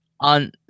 on